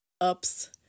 ups